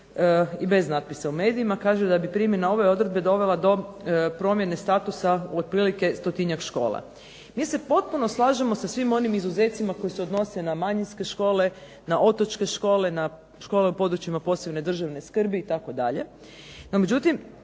i bez natpisa u medijima, kaže da bi primjena ove odredbe dovela do promjene statusa u otprilike 100-njak škola. Mi se potpuno slažemo sa svim onim izuzecima koji se odnose na manjinske škole, na otočke škole, na škole u područjima posebne državne skrbi itd.